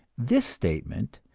this statement,